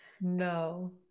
No